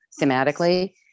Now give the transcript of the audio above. thematically